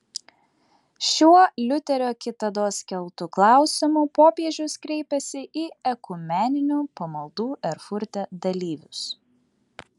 šiuo liuterio kitados keltu klausimu popiežius kreipėsi į ekumeninių pamaldų erfurte dalyvius